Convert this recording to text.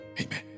Amen